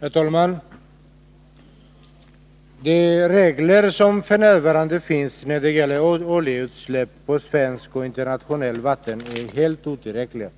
Herr talman! De regler som f. n. finns när det gäller oljeutsläpp på svenskt och internationellt vatten är helt otillräckliga.